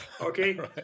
okay